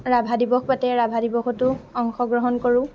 ৰাভা দিৱস পাতে ৰাভা দিৱসতো অংশগ্ৰহণ কৰোঁ